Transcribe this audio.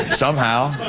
somehow.